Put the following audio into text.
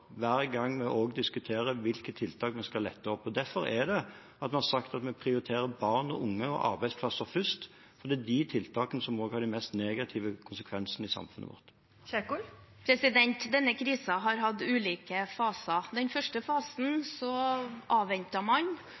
hver gang vi diskuterer hvilke tiltak vi skal lette på. Derfor har vi sagt at vi prioriterer barn og unge og arbeidsplasser først, for det er de tiltakene som har de mest negative konsekvensene for samfunnet vårt. Ingvild Kjerkol – til oppfølgingsspørsmål. Denne krisen har hatt ulike faser. I den første fasen avventet man, og så innførte man